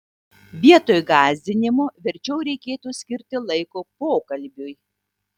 vietoj gąsdinimo verčiau reikėtų skirti laiko pokalbiui